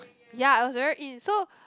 ya it was very in so